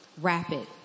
Rapid